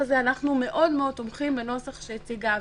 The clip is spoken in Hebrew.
אני לא יודע כמה משקל נותנים ברשתות שלהם.